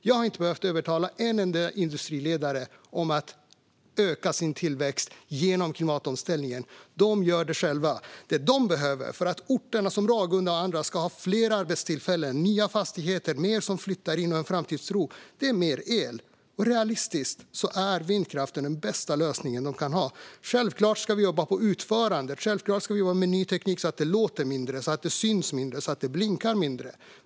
Jag har inte behövt övertala en enda industriledare att öka sin tillväxt genom klimatomställningen. De gör det själva. Det som de behöver för att orter som Ragunda och andra ska få fler arbetstillfällen, nya fastigheter, fler som flyttar in och en framtidstro är mer el. Och realistiskt är vindkraften den bästa lösningen de kan ha. Självklart ska vi jobba på utförandet. Självklart ska vi jobba med ny teknik så att vindkraftverken låter mindre, syns mindre och blinkar mindre.